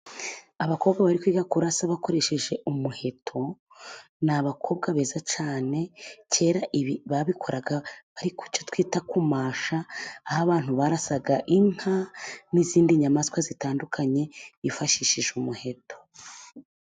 Abakobwa bari kwiga, kurasa bakoresheje umuheto, ni abakobwa beza cyane, kera ibi babikoraga, ariko icyo twita kumasha, aho abantu barasaga inka, n'izindi nyamaswa zitandukanye, hifashishije umuheto.